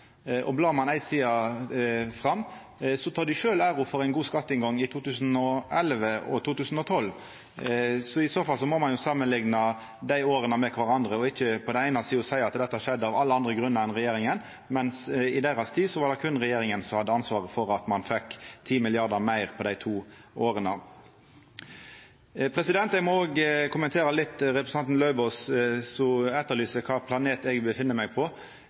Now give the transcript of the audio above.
ein ei side fram, tek dei sjølve æra for ein god skatteinngang i 2011 og 2012. I så fall må ein samanlikna dei åra med kvarandre og ikkje på den eine sida seia at dette skjedde av alle andre grunnar enn regjeringa, mens i deira tid var det berre regjeringa som hadde ansvaret for at ein fekk 10 mrd. kr meir dei to åra. Eg må òg kommentera litt til representanten Lauvås, som lurer på kva planet eg er på.